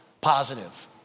positive